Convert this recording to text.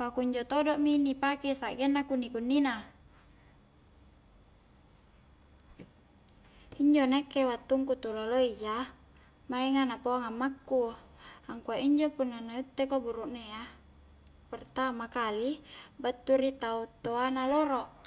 pakunjo todo mi ni pake sangenna kunni-kunni na injo nakke wattungku tuloloi ja maenga na pauang ammaku angkua injo punna na itte ko buruknea pertama kali battu ri tau toana loro